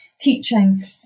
teaching